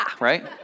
right